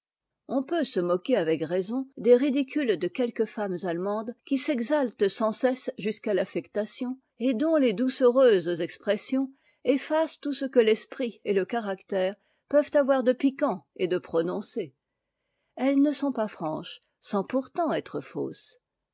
on peut se moquer avec raison des ridicules de quelques femmes allemandes qui s'exaltent sans cesse jusqu'à l'affectation et dont les doucereuses expressions effacent tout ce que l'esprit et le caractère peuvent avoir de piquant et'de prononcé elles ne sont pas franches sans pourtant être fausses